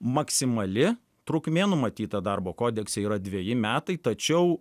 maksimali trukmė numatyta darbo kodekse yra dveji metai tačiau